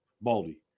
Baldy